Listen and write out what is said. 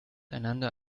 einander